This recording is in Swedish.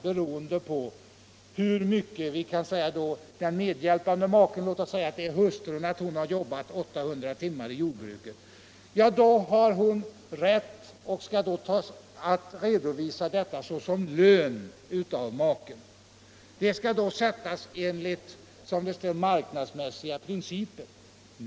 Låt oss säga att den medhjälpande maken är hustrun och att hon jobbat 800 timmar i jordbruket. Då har hon rätt att redovisa detta som lön från maken. Det skall då värderas enligt, som det står, marknadsmässiga prihciper.